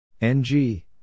NG